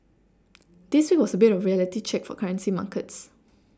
this week was a bit of a reality check for currency markets